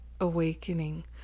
awakening